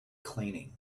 cleaning